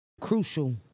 Crucial